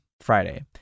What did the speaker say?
Friday